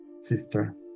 sister